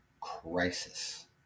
crisis